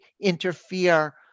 interfere